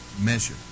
measure